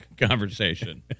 conversation